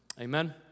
Amen